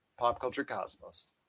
PopCultureCosmos